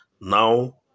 Now